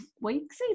weeks